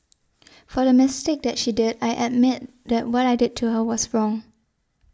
for the mistake that she did I admit that what I did to her was wrong